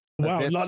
Wow